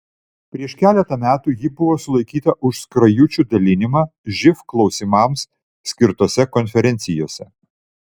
prieš keletą metų ji buvo sulaikyta už skrajučių dalinimą živ klausimams skirtose konferencijose